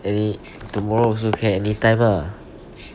any tomorrow also can anytime lah